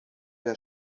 der